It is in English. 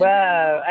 Wow